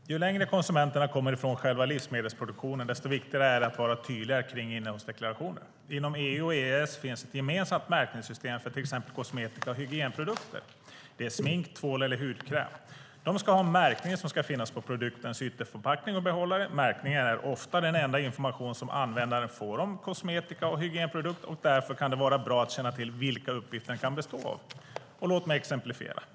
Herr talman! Ju längre konsumenterna kommer från själva livsmedelsproduktionen, desto viktigare är det att vara tydlig om innehållsdeklarationen. Inom EU och EES finns ett gemensamt märkningssystem för till exempel kosmetika och hygienprodukter. Det är smink, tvål eller hudkräm. De ska ha en märkning som ska finnas på produktens ytterförpackning och behållare. Märkningen är ofta den enda information som användaren får om kosmetika och hygienprodukter. Därför kan det vara bra att känna till vilka uppgifter den kan bestå av. Låt mig exemplifiera.